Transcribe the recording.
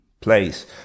place